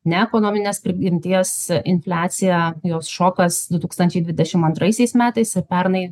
ne ekonominės prigimties infliacija jos šokas du tūkstančiai dvidešimt antraisiais metais ir pernai